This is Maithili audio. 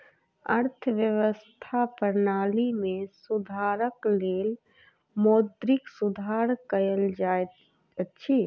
अर्थव्यवस्था प्रणाली में सुधारक लेल मौद्रिक सुधार कयल जाइत अछि